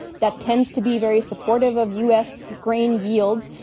that tends to be very supportive of u s. grain yields.